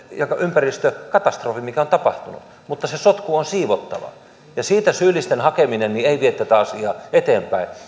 ympäristökatastrofi mikä on tapahtunut mutta se sotku on siivottava ja siinä syyllisten hakeminen ei vie tätä asiaa eteenpäin